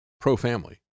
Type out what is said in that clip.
pro-family